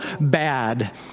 bad